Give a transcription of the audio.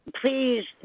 Please